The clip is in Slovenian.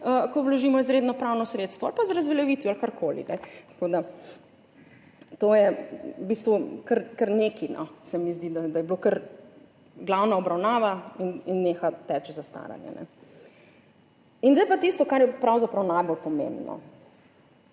ko vložimo izredno pravno sredstvo ali pa z razveljavitvijo ali karkoli. Tako da to je v bistvu kar nekaj, no, se mi zdi, da je bilo kar glavna obravnava in neha teči zastaranje. Zdaj pa tisto, kar je pravzaprav najbolj pomembno.